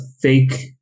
fake